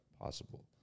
possible